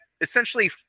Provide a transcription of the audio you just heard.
essentially